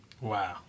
Wow